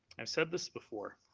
i've said this before,